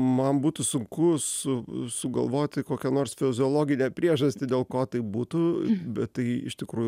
man būtų sunku su sugalvoti kokią nors fiziologinę priežastį dėl ko taip būtų bet tai iš tikrųjų